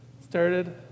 started